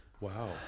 Wow